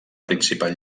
principal